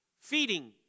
feeding